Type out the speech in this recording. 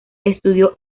estudió